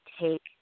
take